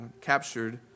captured